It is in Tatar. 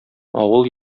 авыл